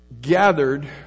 gathered